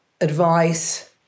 advice